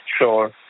sure